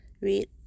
read